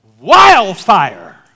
wildfire